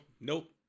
nope